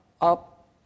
up